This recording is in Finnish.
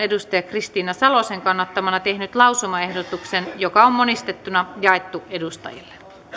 kristiina salosen kannattamana tehnyt lausumaehdotuksen joka on monistettuna jaettu edustajille